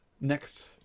next